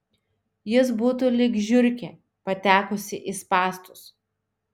jis būtų lyg žiurkė patekusi į spąstus